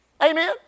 Amen